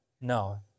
No